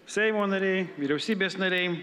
seimo nariai vyriausybės nariai